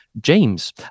James